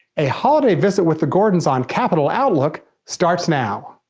a holiday visit with the gordons on capitol outlook starts now.